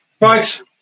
right